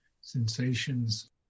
Sensations